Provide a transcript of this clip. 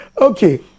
Okay